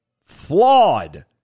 flawed